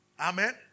Amen